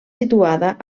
situada